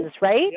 right